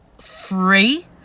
free